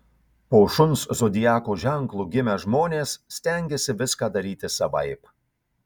po šuns zodiako ženklu gimę žmonės stengiasi viską daryti savaip